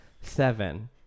Seven